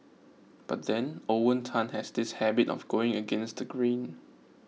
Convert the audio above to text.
but then Owen Tan has this habit of going against the grain